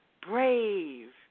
brave